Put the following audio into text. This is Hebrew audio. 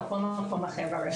או בכל מקום אחר ברשת.